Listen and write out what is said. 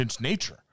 nature